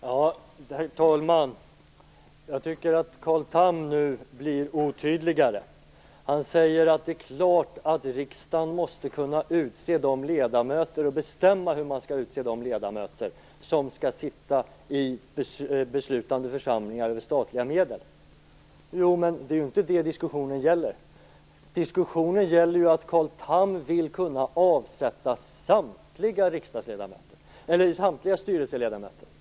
Herr talman! Jag tycker att Carl Tham nu blir otydligare. Han säger att det är klart att riksdagen måste kunna utse de ledamöter, och bestämma hur man utser dem, som skall sitta i församlingar som beslutar över statliga medel. Ja, men det är inte det diskussionen gäller. Diskussionen gäller att Carl Tham vill kunna avsätta samtliga styrelseledamöter.